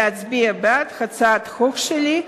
להצביע בעד הצעת החוק שלי,